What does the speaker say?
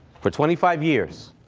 for twenty five years.